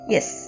Yes